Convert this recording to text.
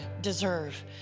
deserve